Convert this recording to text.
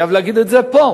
אני חייב להגיד את זה פה,